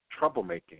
troublemaking